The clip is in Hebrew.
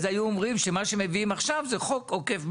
אז היו אומרים שמה שמביאים עכשיו זה חוק עוקף בג"ץ.